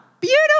Beautiful